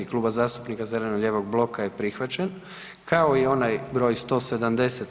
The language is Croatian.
Kluba zastupnika zeleno-lijevog bloka je prihvaćen, kao i onaj broj 170.